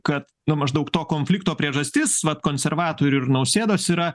kad nu maždaug to konflikto priežastis vat konservatorių ir nausėdos yra